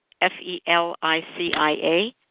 F-E-L-I-C-I-A